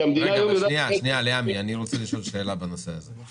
שנייה, ליעמי, אני רוצה לשאול שאלה בנושא הזה.